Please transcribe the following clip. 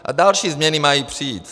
A další změny mají přijít.